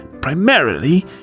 primarily